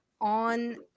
on